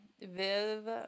Viv